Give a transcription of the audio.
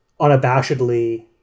unabashedly